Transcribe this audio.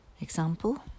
Example